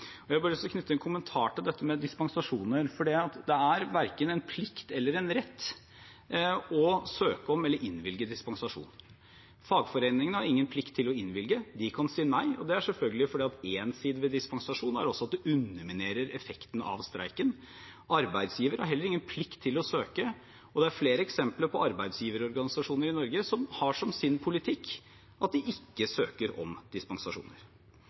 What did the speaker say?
Jeg har lyst til å knytte en kommentar til dette med dispensasjoner, for det er verken en plikt eller en rett til å søke om eller innvilge dispensasjon. Fagforeningene har ingen plikt til å innvilge dette, de kan si nei. Det er selvfølgelig fordi én side ved dispensasjon er at man underminerer effekten av streiken. Arbeidsgiver har heller ingen plikt til å søke om dette, og det er flere eksempler på arbeidsgiverorganisasjoner i Norge som har som sin politikk at de ikke søker om dispensasjoner.